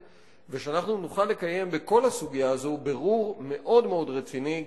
ונוכל לקיים בכל הסוגיה הזו בירור מאוד רציני,